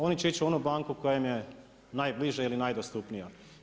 Oni će ići u onu banku koja im je najbliža ili najdostupnija.